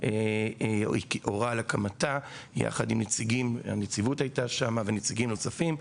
הורה על הקמתה יחד עם נציגים מהנציבות ונציגים נוספים.